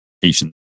patient